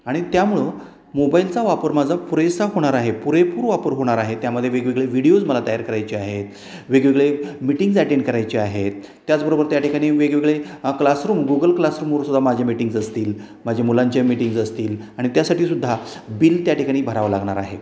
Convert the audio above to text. आणि त्यामुळं मोबाईलचा वापर माझा पुरेसा होणार आहे पुरेपूर वापर होणार आहे त्यामध्ये वेगवेगळे व्हिडिओज मला तयार करायचे आहेत वेगवेगळे मिटिंग्ज अटेंड करायचे आहेत त्याचबरोबर त्या ठिकाणी वेगवेगळे क्लास रूम गुगल क्लासरूमवर सुद्धा माझ्या मिटींग्ज असतील माझ्या मुलांचे मिटींग्ज असतील आणि त्यासाठीसुद्धा बिल त्याठिकाणी भरावं लागणार आहे